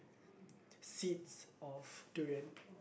seeds of durian